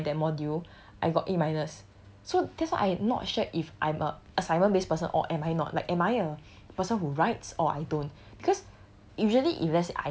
in the end right for my that module I got a minus so that's why I'm not sure if I'm a assignment based person or am I not like am I a person who writes or I don't because